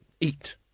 eat